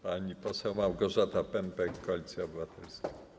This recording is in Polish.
Pani poseł Małgorzata Pępek, Koalicja Obywatelska.